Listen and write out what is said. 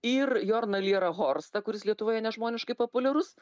ir jorną lyrą horstą kuris lietuvoje nežmoniškai populiarus